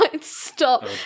stop